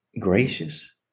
gracious